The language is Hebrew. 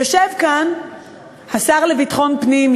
יושב כאן השר לביטחון פנים,